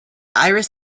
iris